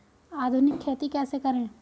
आधुनिक खेती कैसे करें?